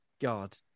God